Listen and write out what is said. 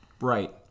Right